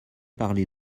parler